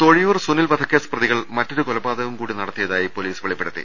തൊഴിയൂർ സുനിൽ വധക്കേസ് പ്രതികൾ മറ്റൊരു കൊലപാതകം കൂടി നടത്തിയതായി പോലീസ് വെളിപ്പെടുത്തി